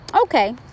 Okay